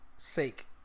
Sake